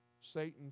Satan